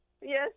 yes